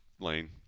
Lane